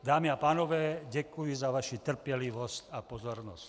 Dámy a pánové, děkuji za vaši trpělivost a pozornost.